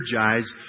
energize